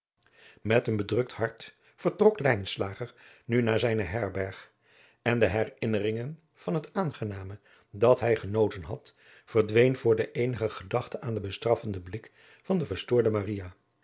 met een bedrukt hart vertrok lijnslager nu naar zijne herberg en de herinneringen van het aangename dat hij genoten had verdwenen voor de eenige gedachte aan den bestraffenden blik van de verstoorde